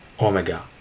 omega